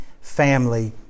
family